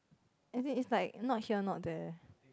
as in it's like not here not there